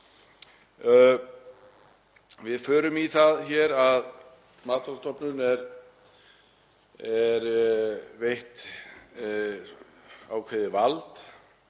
Við förum í það hér að Matvælastofnun er veitt ákveðið vald